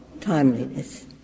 timeliness